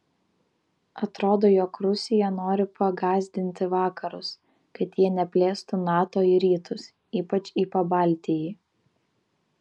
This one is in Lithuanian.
atrodo jog rusija nori pagąsdinti vakarus kad jie neplėstų nato į rytus ypač į pabaltijį